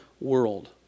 world